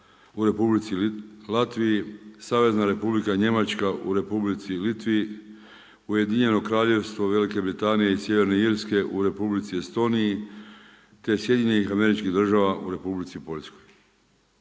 u Republici Latviji, Savezna Republika Njemačka u Republici Litvi, Ujedinjeno Kraljevstvo Velike Britanije i Sjeverne Irske u Republici Estoniji te SAD-a u Republici Poljskoj.